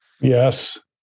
yes